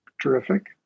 terrific